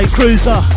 Cruiser